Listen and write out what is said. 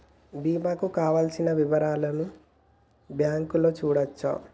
బీమా కు కావలసిన వివరాలను బ్యాంకులో చూడొచ్చా?